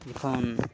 ᱡᱚᱠᱷᱚᱱ